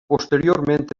posteriorment